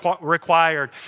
required